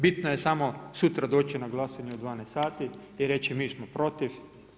Bitno je samo sutra doći na glasanje u 12 sati i reći mi smo protiv.